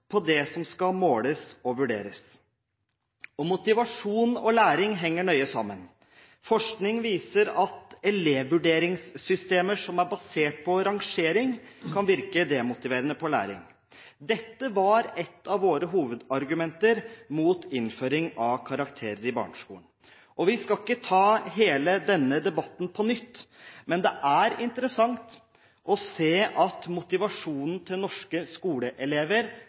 på det som skal måles og vurderes. Motivasjon og læring henger nøye sammen. Forskning viser at elevvurderingssystemer som er basert på rangering, kan virke demotiverende på læring. Dette var ett av våre hovedargumenter mot innføring av karakterer i barneskolen. Vi skal ikke ta hele denne debatten på nytt, men det er interessant å se at motivasjonen til norske skoleelever